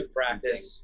practice